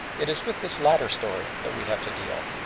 it is with this latter story that we have to deal,